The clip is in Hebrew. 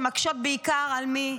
שמקשות בעיקר על מי?